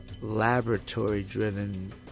laboratory-driven